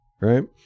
right